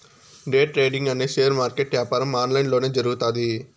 day trading అనే share market యాపారం online లొనే జరుగుతాది